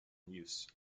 use